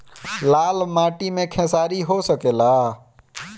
लाल माटी मे खेसारी हो सकेला?